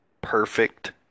perfect